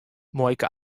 muoike